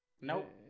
Nope